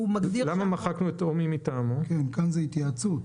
נאמר רק שהחוק מקים את הוועדה, ולא שהשר ימנה.